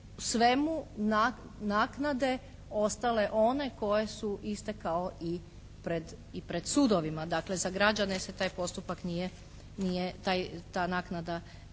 svemu naknade ostale one koje su iste kao i pred sudovima. Dakle za građane se taj postupak nije,